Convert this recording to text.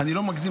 אני לא מגזים,